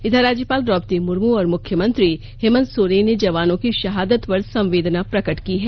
इघर राज्यपाल द्रौपदी मुर्मू और मुख्यमंत्री हेमंत सोर्रेन ने जवानों की शहादत पर संवेदना प्रकट की है